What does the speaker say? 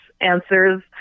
answers